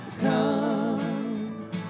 come